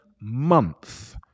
month